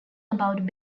about